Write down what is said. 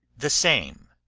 the same.